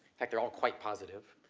heck, they're all quite positive.